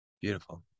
Beautiful